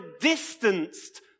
distanced